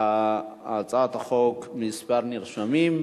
להצעת החוק כמה נרשמים.